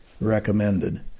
recommended